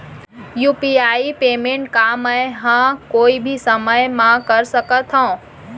UPI payment का मैं ह कोई भी समय म कर सकत हो?